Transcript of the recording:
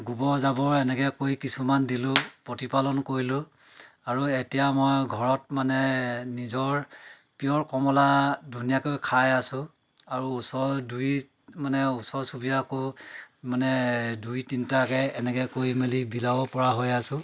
গোৱৰ জাৱৰ এনেকৈ কৰি কিছুমান দিলোঁ প্ৰতিপালন কৰিলোঁ আৰু এতিয়া মই ঘৰত মানে নিজৰ পিঅ'ৰ কমলা ধুনীয়াকৈ খাই আছো আৰু ওচৰত দুই মানে ওচৰ চুবুৰীয়াকো মানে দুই তিনিটাকৈ এনেকৈ কৰি মেলি বিলাব পৰা হৈ আছো